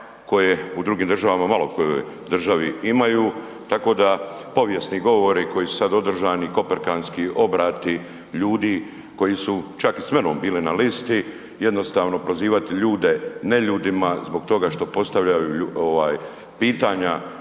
koje u drugim državama, u malo kojoj državi imaju tako da povijesni govori koji su sada održani, koperkanski obrati ljudi koji su čak i s menom bili na listi, jednostavno prozivati ljude neljudima zbog toga što postavljaju pitanja